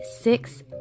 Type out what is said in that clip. six